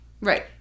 Right